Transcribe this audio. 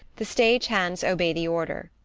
the stage hands obey the order.